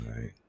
Right